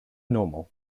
normal